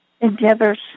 endeavors